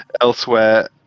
elsewhere